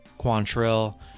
Quantrill